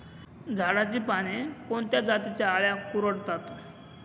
झाडाची पाने कोणत्या जातीच्या अळ्या कुरडतात?